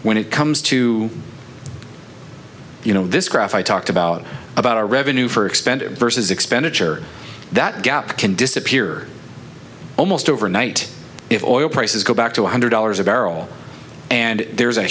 when it comes to you know this graph i talked about about our revenue for expended versus expenditure that gap can disappear almost overnight if oil prices go back to one hundred dollars a barrel and there's a